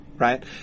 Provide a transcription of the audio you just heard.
Right